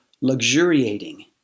luxuriating